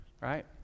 right